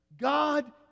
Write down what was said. God